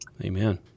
Amen